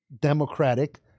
democratic